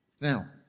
Now